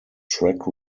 track